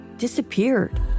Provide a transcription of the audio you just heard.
disappeared